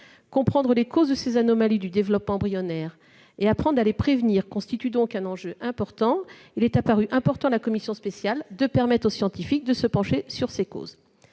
Comprendre les causes de ces anomalies du développement embryonnaire et apprendre à les prévenir constitue donc un enjeu important. D'où la nécessité, pour la commission spéciale, de permettre aux scientifiques de se pencher sur le sujet.